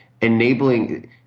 enabling –